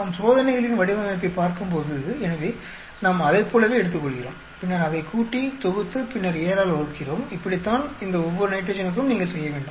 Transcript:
நாம் சோதனைகளின் வடிவமைப்பைப் பார்க்கும்போது எனவே நாம் அதைப் போலவே எடுத்துக்கொள்கிறோம் பின்னர் அதைக் கூட்டி தொகுத்து பின்னர் 7 ஆல் வகுக்கிறோம் இப்படித்தான் இந்த ஒவ்வொரு நைட்ரஜனுக்கும் நீங்கள் செய்யவேண்டும்